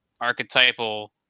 archetypal